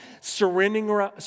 Surrendering